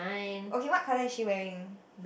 okay what colour is she wearing